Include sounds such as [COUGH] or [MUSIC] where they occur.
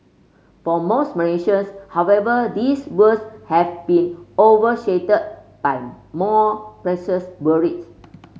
for most Malaysians however these woes have been overshadowed by more [UNINTELLIGIBLE] worries